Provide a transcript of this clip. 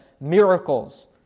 miracles